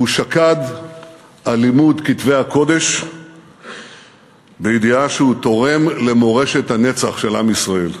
הוא שקד על לימוד כתבי הקודש בידיעה שהוא תורם למורשת הנצח של עם ישראל.